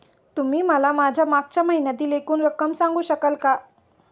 तुम्ही मला माझ्या मागच्या महिन्यातील एकूण रक्कम सांगू शकाल का?